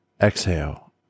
exhale